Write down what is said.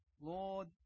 Lord